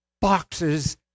boxes